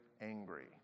angry